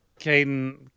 Caden